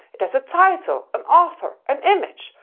it has a title, an author, an image,